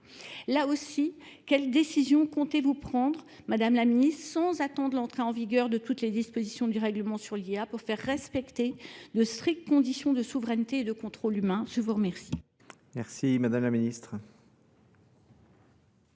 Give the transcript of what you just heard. Là aussi, quelles décisions comptez-vous prendre, Madame la Ministre, sans attendre l'entrée en vigueur de toutes les dispositions du Règlement sur l'IA pour faire respecter de strictes conditions de souveraineté et de contrôle humain ? Je vous remercie. Merci Madame la Ministre.